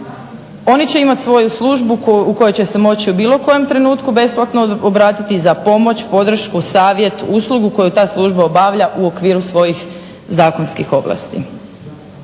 Oni će imati svoju službu u kojoj će se moći u bilo kojem trenutku besplatno obratiti za pomoć, podršku, savjet, uslugu koju ta služba obavlja u okviru svojih zakonskih ovlasti.